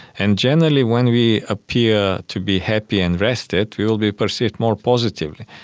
and generally when we appear to be happy and rested, we will be perceived more positively.